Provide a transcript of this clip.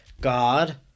God